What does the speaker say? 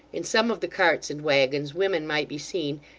in some of the carts and waggons, women might be seen,